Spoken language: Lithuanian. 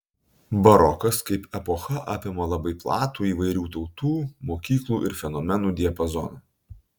barokas kaip epocha apima labai platų įvairių tautų mokyklų ir fenomenų diapazoną